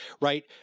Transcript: right